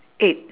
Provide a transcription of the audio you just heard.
eight